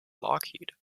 lockheed